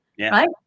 Right